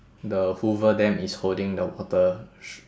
the hoover dam is holding the water sh~